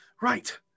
Right